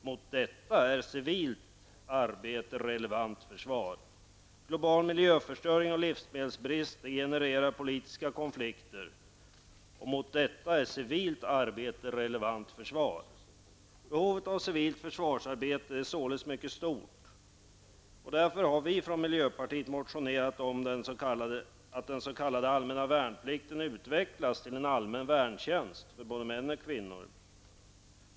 Mot detta är civilt arbete ett relevant försvar. Global miljöförstöring och livsmedelsbrist genererar politiska konflikter. Också mot detta är civilt arbete ett relevant försvar. Behovet av civilt försvarsarbete är således mycket stort. Därför har vi i miljöpartiet motionerat om den s.k. allmänna värnplikten som vi vill skall utvecklas till en allmän värntjänst för både män och kvinnor.